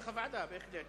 מצביעים